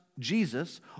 Jesus